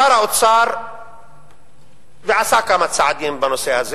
שר האוצר עשה כמה צעדים בנושא הזה.